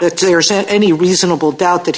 that there isn't any reasonable doubt that